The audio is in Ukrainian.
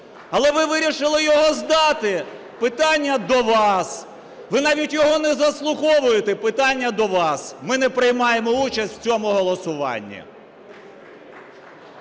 але ви вирішили його "здати". Питання до вас. Ви навіть його не заслуховуєте – питання до вас. Ми не приймаємо участь в цьому голосуванні.